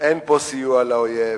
אין פה סיוע לאויב,